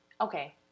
okay